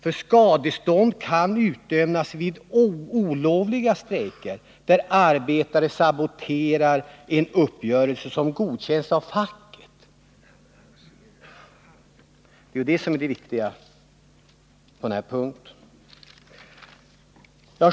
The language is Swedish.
Det viktiga på denna punkt är nämligen att skadestånd utdöms vid olovliga strejker, där arbetare saboterar en uppgörelse som godkänts av facket.